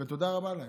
ותודה רבה להם.